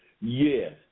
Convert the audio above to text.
Yes